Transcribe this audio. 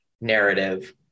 narrative